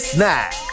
Snack